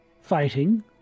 fighting